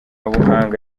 buhanga